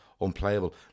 unplayable